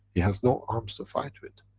he has no arms to fight with.